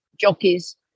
jockeys